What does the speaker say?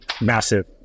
massive